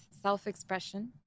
self-expression